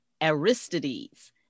Aristides